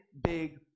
big